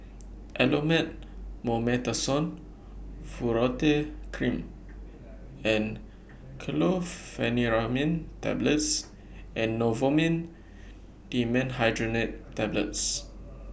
Elomet Mometasone Furoate Cream and Chlorpheniramine Tablets and Novomin Dimenhydrinate Tablets